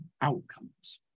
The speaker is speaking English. outcomes